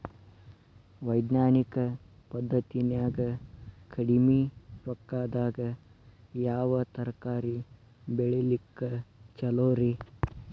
ವೈಜ್ಞಾನಿಕ ಪದ್ಧತಿನ್ಯಾಗ ಕಡಿಮಿ ರೊಕ್ಕದಾಗಾ ಯಾವ ತರಕಾರಿ ಬೆಳಿಲಿಕ್ಕ ಛಲೋರಿ?